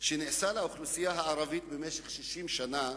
שנעשה לאוכלוסייה הערבית במשך 60 שנה,